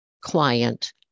client